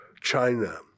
China